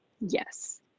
Yes